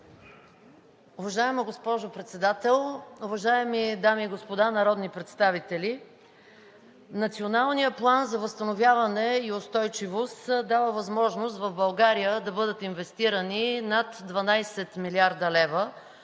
Уважаема госпожо Председател, уважаеми дами и господа народни представители! Националният план за възстановяване и устойчивост дава възможност в България да бъдат инвестирани над 12 млрд. лв.